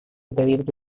pedirte